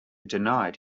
denied